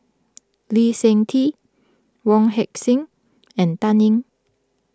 Lee Seng Tee Wong Heck Sing and Dan Ying